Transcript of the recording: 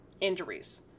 injuries